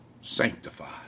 sanctified